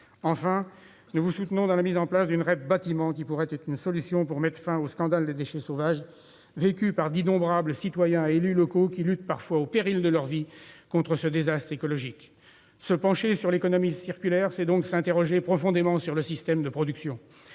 Enfin, nous vous soutenons dans la mise en place d'une REP dans le secteur du bâtiment, qui pourrait être une solution pour mettre fin au scandale des déchets sauvages vécu par d'innombrables citoyens et élus locaux qui luttent parfois au péril de leur vie contre ce désastre écologique. Se pencher sur l'économie circulaire, c'est donc s'interroger profondément sur le système de production.